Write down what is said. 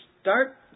start